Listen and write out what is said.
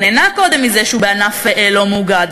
הוא נהנה קודם מזה שהוא בענף לא מאוגד,